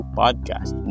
podcast